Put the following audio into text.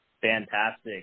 Fantastic